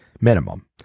minimum